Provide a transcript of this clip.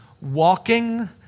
walking